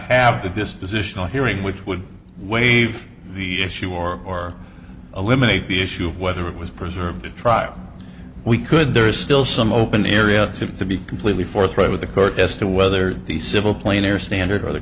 have the dispositional hearing which would waive the issue or eliminate the issue of whether it was preserved to trial we could there is still some open area to be completely forthright with the court as to whether the civil plane or standard or the